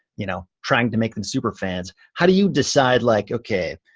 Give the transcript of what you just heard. you know, trying to make them superfans. how do you decide, like okay,